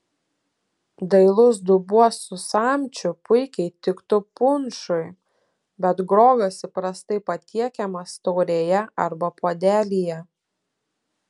dailus dubuo su samčiu puikiai tiktų punšui bet grogas įprastai patiekiamas taurėje arba puodelyje